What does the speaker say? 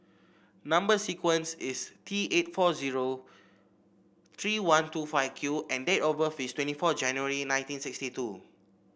number sequence is T eight four zero three one two five Q and date of birth is twenty four January nineteen sixty two